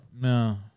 No